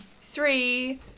Three